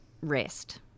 rest